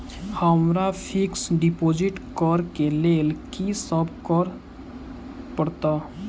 हमरा fix deposit करऽ केँ लेल की सब करऽ पड़त?